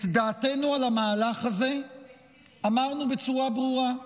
את דעתנו על המהלך הזה אמרנו בצורה ברורה,